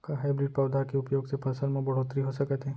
का हाइब्रिड पौधा के उपयोग से फसल म बढ़होत्तरी हो सकत हे?